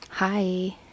hi